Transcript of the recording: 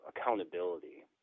accountability